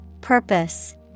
Purpose